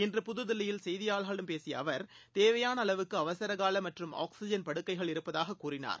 இன்று புதுதில்லியில் செய்தியாளர்களிடம் பேசியஅவர் தேவையானஅளவுக்குஅவசரகாலமற்றும் ஆக்ஸிஜன் படுக்கைகள் இருப்பதாககூறினார்